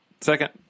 Second